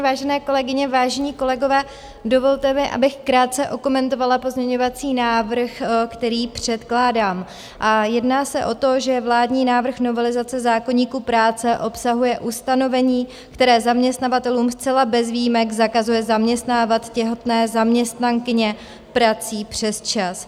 Vážené kolegyně, vážení kolegové, dovolte mi, abych krátce okomentovala pozměňovací návrh, který předkládám, a jedná se o to, že vládní návrh novelizace zákoníku práce obsahuje ustanovení, které zaměstnavatelům zcela bez výjimek zakazuje zaměstnávat těhotné zaměstnankyně prací přesčas.